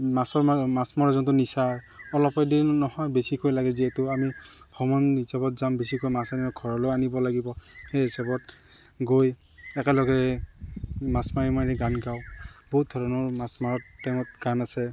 মাছৰ মাছ মৰা যোনটো নিচা অলপ এদিন নহয় বেছিকৈ লাগে যিহেতু আমি হিচাপত যাম বেছিকৈ মাছ আনি ঘৰলৈ আনিব লাগিব সেই হিচাপত গৈ একেলগে মাছ মাৰি মাৰি গান গাওঁ বহুত ধৰণৰ মাছ মাৰত টাইমত গান আছে